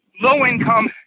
low-income